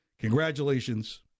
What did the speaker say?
congratulations